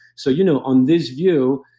so, you know on this view,